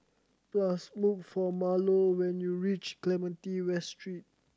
look for Marlo when you reach Clementi West Street